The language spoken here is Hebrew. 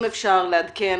אם אפשר לעדכן